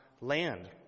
land